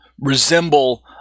resemble